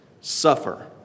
suffer